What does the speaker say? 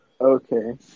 Okay